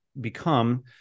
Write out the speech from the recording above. become